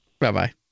Bye-bye